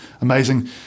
amazing